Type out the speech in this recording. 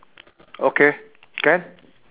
okay can